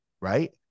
right